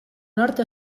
nord